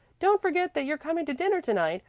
don't forget that you're coming to dinner to-night.